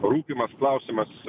rūpimas klausimas